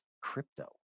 crypto